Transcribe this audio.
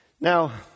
Now